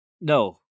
No